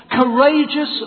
Courageous